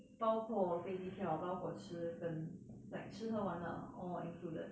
包括飞机票包括吃跟 like 吃喝玩乐 all included